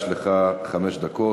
יש לך חמש דקות.